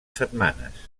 setmanes